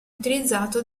utilizzato